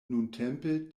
nuntempe